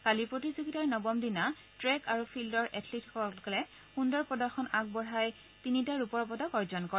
কালি প্ৰতিযোগিতাৰ নৱম দিনা ট্ৰেক আৰু ফিল্ডৰ এথলেটিকসকলে সুন্দৰ প্ৰদৰ্শন আগবঢ়াই তিনিটা ৰূপৰ পদক অৰ্জন কৰে